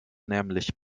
nämlich